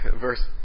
Verse